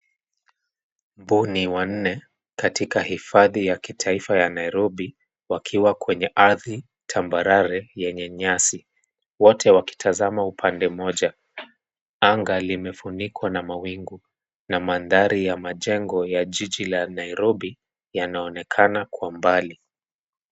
Mbuni wanne, katika hifadhi ya kitaifa ya Nairobi, wakiwa kwenye ardhi tambarare yenye nyasi. Wote wakitazama upande mmoja. Anga limefunikwa na mawingu na mandhari ya majengo ya jiji la Nairobi yanaonekana kwa mbali.